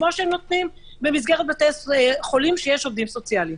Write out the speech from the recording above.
כמו שהם נותנים במסגרת בתי חולים שיש עובדים סוציאליים.